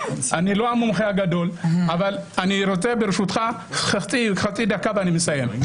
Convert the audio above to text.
אני לא המומחה הגדול אבל אני רוצה ברשותך חצי דקה ואני מסיים.